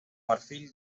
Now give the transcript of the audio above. marfil